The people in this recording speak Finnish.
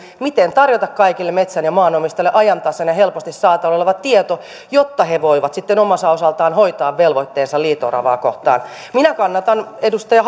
miten tarjota kaikille metsän ja maanomistajille ajantasainen helposti saatavilla oleva tieto jotta he voivat sitten omalta osaltaan hoitaa velvoitteensa liito oravaa kohtaan minä kannatan edustaja